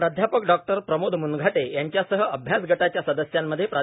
प्राध्यापक डॉ प्रमोद मुनघाटे यांच्यासह या अभ्यास गटाच्या सदस्यांमध्ये प्रा